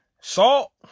Salt